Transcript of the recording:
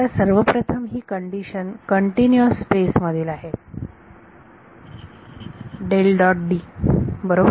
तर सर्वप्रथम ही कंडिशन कंटिन्यूअस स्पेस मधील आहे बरोबर